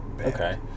Okay